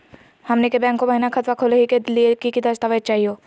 हमनी के बैंको महिना खतवा खोलही के लिए कि कि दस्तावेज चाहीयो?